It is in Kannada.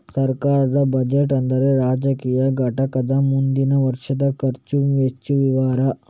ಸರ್ಕಾರದ ಬಜೆಟ್ ಅಂದ್ರೆ ರಾಜಕೀಯ ಘಟಕದ ಮುಂದಿನ ವರ್ಷದ ಖರ್ಚು ವೆಚ್ಚ ವಿವರ